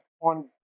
on